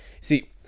see